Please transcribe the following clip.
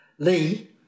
Lee